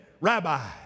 Rabbi